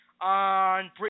on